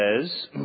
says